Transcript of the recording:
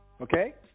okay